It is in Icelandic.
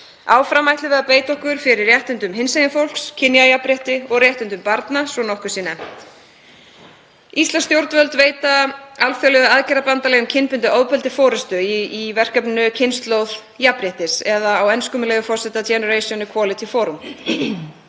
Áfram ætlum við að beita okkur fyrir réttindum hinsegin fólks, kynjajafnrétti og réttindum barna, svo nokkuð sé nefnt. Íslensk stjórnvöld veita alþjóðlegu aðgerðabandalagi um kynbundið ofbeldi forystu í verkefninu Kynslóð jafnréttis, eða á ensku, með leyfi forseta, Generation Equality Forum.